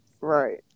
Right